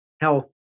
health